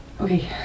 Okay